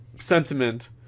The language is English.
sentiment